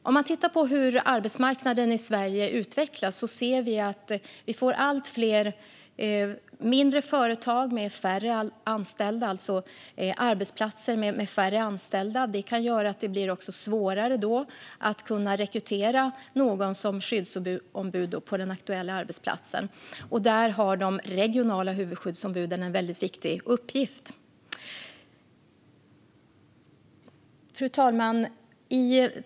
Om vi tittar på hur arbetsmarknaden i Sverige utvecklas ser vi att vi får allt fler mindre företag med färre anställda, alltså arbetsplatser med färre anställda. Det kan också göra att det blir svårare att rekrytera någon som skyddsombud på den aktuella arbetsplatsen. Där har de regionala huvudskyddsombuden en väldigt viktig uppgift. Fru talman!